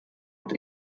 und